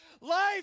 Life